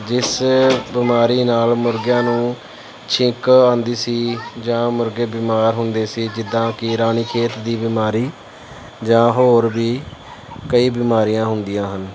ਜਿਸ ਬਿਮਾਰੀ ਨਾਲ ਮੁਰਗਿਆਂ ਨੂੰ ਛਿਕ ਆਉਂਦੀ ਸੀ ਜਾਂ ਮੁਰਗੇ ਬਿਮਾਰ ਹੁੰਦੇ ਸੀ ਜਿੱਦਾਂ ਕਿ ਰਾਣੀ ਖੇਤ ਦੀ ਬਿਮਾਰੀ ਜਾਂ ਹੋਰ ਵੀ ਕਈ ਬਿਮਾਰੀਆਂ ਹੁੰਦੀਆਂ ਹਨ